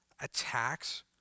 attacks